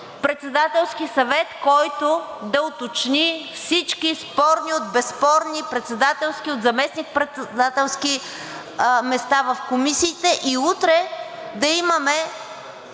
Председателски съвет, който да уточни всички спорни от безспорни, председателски от заместник-председателски места в комисиите, и утре да имаме